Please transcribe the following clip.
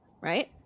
right